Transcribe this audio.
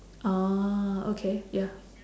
orh okay ya